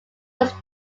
was